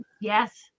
Yes